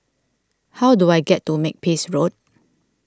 how do I get to Makepeace Road